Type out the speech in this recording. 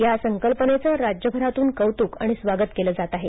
या संकल्पनेचं राज्यभरातन कौतुक आणि स्वागत केलं जात आहे